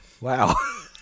Wow